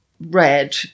read